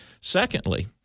Secondly